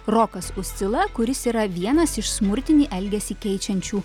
rokas uscila kuris yra vienas iš smurtinį elgesį keičiančių